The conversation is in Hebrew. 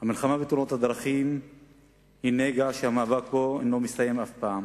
תאונות הדרכים הן נגע שהמאבק בו אינו מסתיים אף פעם.